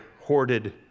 hoarded